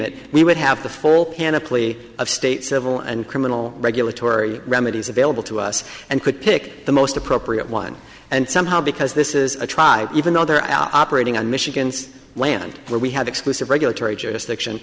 it we would have the full panoply of state civil and criminal regulatory remedies available to us and could pick the most appropriate one and somehow because this is a tried even though they're out operating on michigan's land where we have exclusive regulatory jurisdiction